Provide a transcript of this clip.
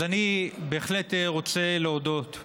אז אני בהחלט רוצה להודות,